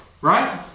Right